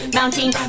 Mounting